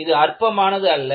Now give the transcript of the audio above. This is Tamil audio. இது அற்பமானது அல்ல